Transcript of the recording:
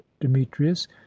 demetrius